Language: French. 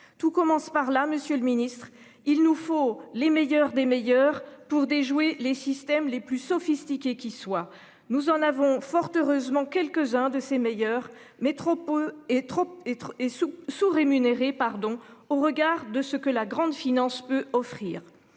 Tout commence par là, Monsieur le Ministre. Il nous faut les meilleurs des meilleurs, pour déjouer les systèmes les plus sophistiqués qui soient. Nous en avons fort heureusement quelques-uns de ses meilleurs mais trop peu et trop étroit et sous sous rémunérés pardon au regard de ce que la grande finance peut offrir.